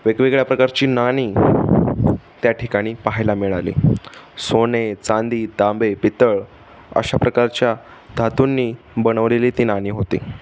वेगवेगळ्या प्रकारची नाणी त्या ठिकाणी पाहायला मिळाली सोने चांदी तांबे पितळ अशा प्रकारच्या धातूंनी बनवलेली ती नाणी होती